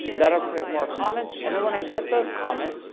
that'll create more comments, and then when i get those comments,